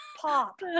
pop